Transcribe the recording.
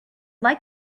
like